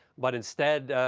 but, instead,